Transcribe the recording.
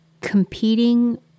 competing